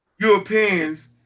Europeans